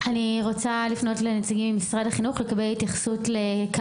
להלן תרגומם: אני רוצה לפנות לנציגי משרד